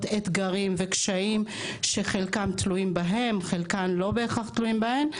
אתגרים וקשיים שחלקם תלויים בהן וחלקן לא בהכרח תלויים בהן.